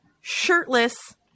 shirtless